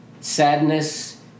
sadness